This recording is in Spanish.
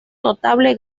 notable